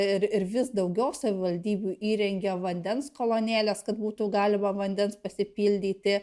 ir ir vis daugiau savivaldybių įrengia vandens kolonėles kad būtų galima vandens pasipildyti